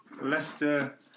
Leicester